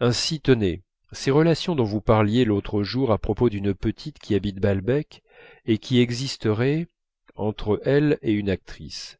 ainsi tenez ces relations dont vous parliez l'autre jour à propos d'une petite qui habite balbec et qui existeraient entre elle et une actrice